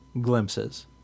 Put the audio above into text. glimpses